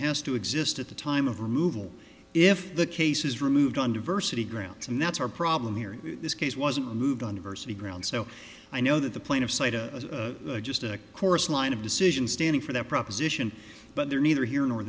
has to exist at the time of removal if the case is removed on diversity grounds and that's our problem here in this case was moved on diversity grounds so i know that the plaintiffs cite a just a chorus line of decision standing for that proposition but they're neither here nor